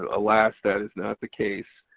alas, that is not the case.